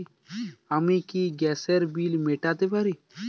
আমি কি গ্যাসের বিল মেটাতে পারি?